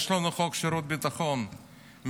יש לנו חוק שירות ביטחון מ-1986,